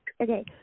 Okay